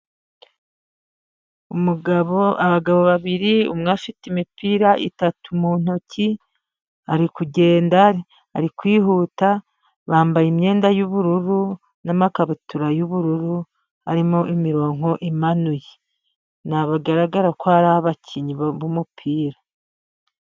Umugabo, abagabo babiri umwe afite imipira itatu mu ntoki ari kugenda, ari kwihuta, bambaye imyenda y'ubururu n'amakabutura y'ubururu arimo imirongo imanuye, bigaragara ko ari abakinnyi b'umupira.